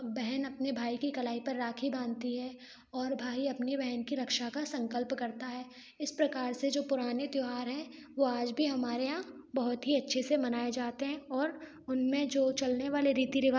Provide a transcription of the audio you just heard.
बहन अपने भाई की कलाई पर राखी बांधती है और भाई अपनी बहन की रक्षा का संकल्प करता है इस प्रकार से जो पुराने त्यौहार हैं वो आज भी हमारे यहाँ बहुत ही अच्छे से मनाए जाते हैं और उनमें जो चलने वाले रीति